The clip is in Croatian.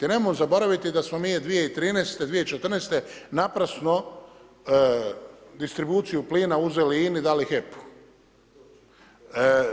Nemojmo zaboraviti da smo mi 2013., 2014. naprasno distribuciju plina uzeli INA-i, dali HEP-u.